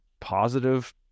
positive